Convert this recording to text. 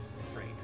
afraid